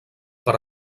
per